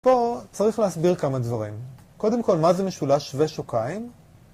פה צריך להסביר כמה דברים, קודם כל - מה זה משולש שווה שוקיים?